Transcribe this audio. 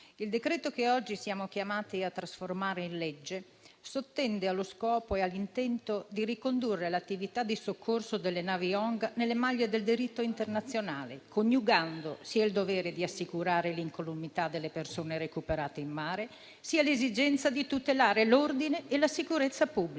provvedimento che oggi siamo chiamati a trasformare in legge sottende allo scopo e all'intento di ricondurre l'attività di soccorso delle navi ONG nelle maglie del diritto internazionale, coniugando il dovere di assicurare l'incolumità delle persone recuperate in mare con l'esigenza di tutelare l'ordine e la sicurezza pubblica.